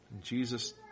Jesus